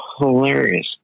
hilarious